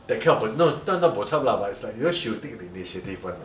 that kind of person no not bo chap lah but it's like you know she will take the initiative [one]